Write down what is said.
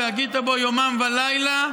והגית בו יומם ולילה"